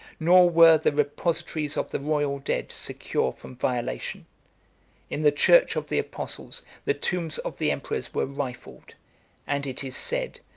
nor were the repositories of the royal dead secure from violation in the church of the apostles, the tombs of the emperors were rifled and it is said,